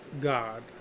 God